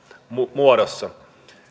muodossa